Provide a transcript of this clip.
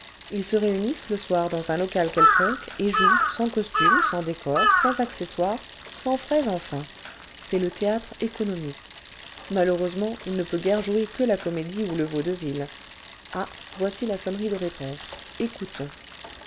us se réunissent le soir dans un local quelconque et jouent sans costumes sans décors sans accessoires sans frais enfin c'est le théâtre économique malheureusement il ne peut guère jouer que la comédie ou le vaudeville ah voici la sonnerie de réponse écoutons